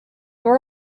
were